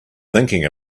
thinking